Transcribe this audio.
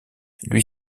lui